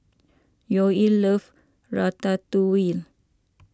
Yoel loves Ratatouille